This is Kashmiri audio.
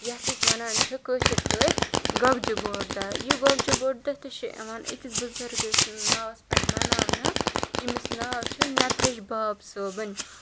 یَتھ أسۍ وَنان چھِ کٲشِر پٲٹھۍ گۄگجہِ بوٚڑ دۄہ یہِ گوٚگجہِ بوٚڑ دۄہ تہِ چھِ یِوان أکِس بُزرگ سٕنٛدۍ ناوَس پٮ۪ٹھ مَناونہٕ یٔمِس ناو چھُ نَترٛیش باب صٲبَن